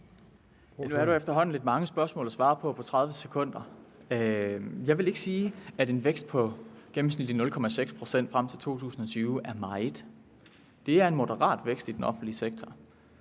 Nu er der efterhånden lidt mange spørgsmål at svare på på 30 sekunder. Jeg vil ikke sige, at en vækst på gennemsnitligt 0,6 pct. frem til 2020 er meget. Det er en moderat vækst i den offentlige sektor,